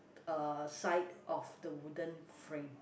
uh side of the wooden frame